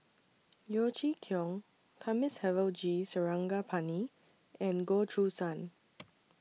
Yeo Chee Kiong Thamizhavel G Sarangapani and Goh Choo San